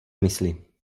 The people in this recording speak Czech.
mysli